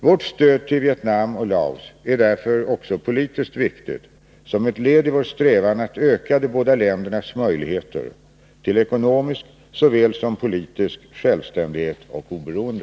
Vårt stöd till Vietnam och Laos är därför också politiskt viktigt som ett led i vår strävan att öka de båda ländernas möjligheter till ekonomisk såväl som politisk självständighet och oberoende.